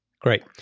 great